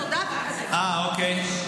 תודה --- אוקיי.